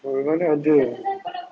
mana-mana ada